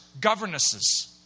governesses